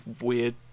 weird